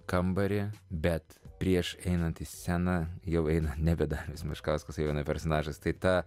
kambarį bet prieš einant į sceną jau eina nebe darius meškauskas jau eina personažas tai ta